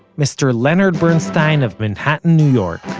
mr. leonard bernstein of manhattan, new york,